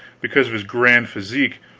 because of his grand physique,